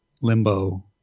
Limbo